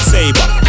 Saber